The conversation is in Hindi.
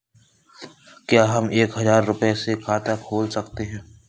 क्या हम एक हजार रुपये से खाता खोल सकते हैं?